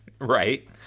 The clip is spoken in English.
Right